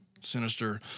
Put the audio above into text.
sinister